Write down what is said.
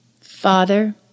Father